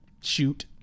shoot